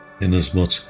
inasmuch